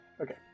Okay